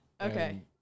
Okay